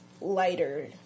lighter